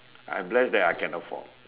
I'm blessed that I can afford